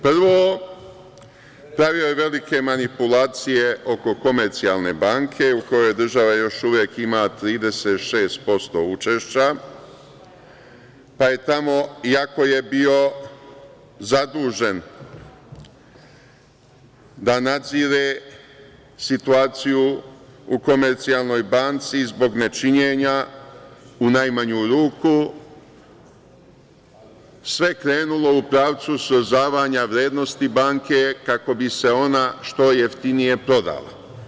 Prvo, pravio je velike manipulacije oko Komercijalne banke, u kojoj država još uvek ima 36% učešća, pa je tamo, iako je bio zadužen da nadzire situaciju u Komercijalnoj banci zbog nečinjenja, u najmanju ruku, sve krenulo u pravcu srozavanja vrednosti banke kako bi se ono što jeftinije prodala.